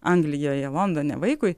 anglijoje londone vaikui